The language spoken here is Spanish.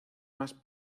más